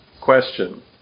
Question